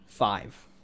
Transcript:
Five